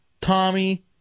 tommy